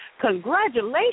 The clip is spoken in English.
congratulations